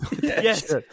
Yes